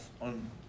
on